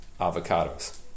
avocados